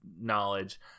knowledge